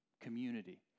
community